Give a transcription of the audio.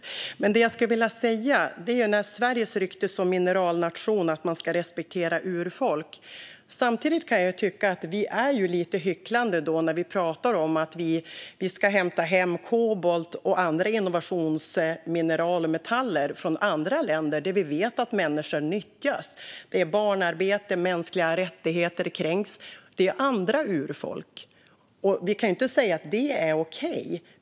Amanda Palmstierna pratar om Sveriges rykte som mineralnation och att man ska respektera urfolk. Jag kan tycka att vi är lite hycklande när vi pratar om att vi ska hämta hem kobolt och andra innovationsmineral och metaller från andra länder där vi vet att människor nyttjas, att det finns barnarbete och att mänskliga rättigheter kränks. Det är andra urfolk, och vi kan ju inte säga att det är okej.